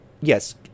yes